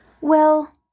Well